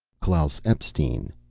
klaus epstein.